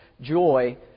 joy